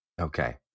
Okay